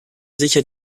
sicher